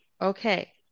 Okay